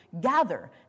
gather